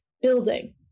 building